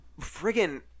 friggin